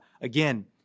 again